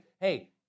hey